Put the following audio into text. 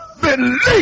believe